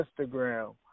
Instagram